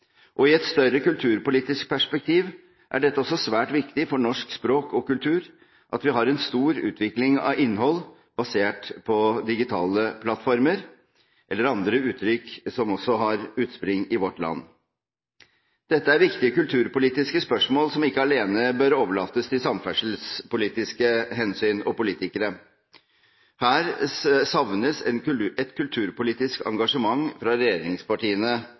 I et større kulturpolitisk perspektiv er det også svært viktig for norsk språk og kultur at vi har en stor utvikling av innhold basert på digitale plattformer, eller andre uttrykk som har også utspring i vårt land. Dette er viktige kulturpolitiske spørsmål som ikke alene bør overlates til samferdselspolitiske hensyn og politikere. Her savnes et kulturpolitisk engasjement fra regjeringspartiene,